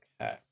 Okay